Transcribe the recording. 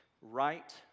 right